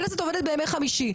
הכנסת עובדת ביום חמישי,